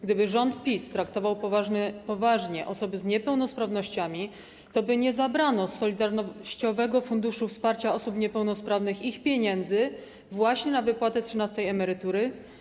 Gdyby rząd PiS traktował poważnie osoby z niepełnosprawnościami, toby nie zabrano z Solidarnościowego Funduszu Wsparcia Osób Niepełnosprawnych ich pieniędzy właśnie na wypłatę trzynastej emerytury.